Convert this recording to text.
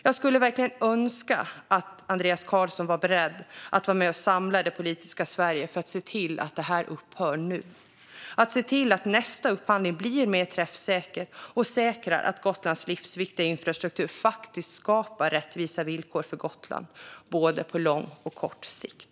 Jag skulle verkligen önska att Andreas Carlson vore beredd att vara med och samla det politiska Sverige för att se till att prisökningarna upphör nu. Nästa upphandling måste bli mer träffsäker och säkra att Gotlands livsviktiga infrastruktur faktiskt skapar rättvisa villkor för Gotland både på lång och på kort sikt.